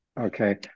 Okay